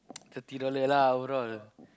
thirty dollar lah overall